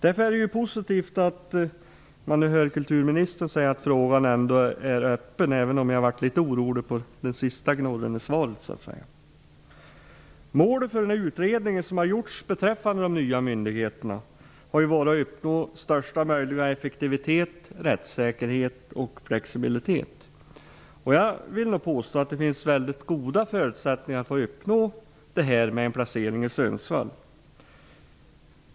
Därför är det positivt att kulturministern nu säger att frågan ändå är öppen, även om jag blev litet orolig över den avslutande meningen i svaret. Målet för den utredning som har gjorts beträffande de nya myndigheterna har varit att man skall uppnå största möjliga effektivitet, rättssäkerhet och flexibilitet. Jag vill nog påstå att det finns väldigt goda förutsättningar att uppnå detta mål med en lokalisering till Sundsvall.